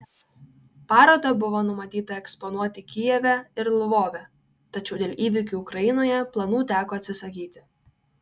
parodą buvo numatyta eksponuoti kijeve ir lvove tačiau dėl įvykių ukrainoje planų teko atsisakyti